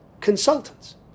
consultants